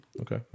Okay